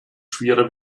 schwerer